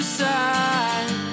side